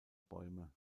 bäume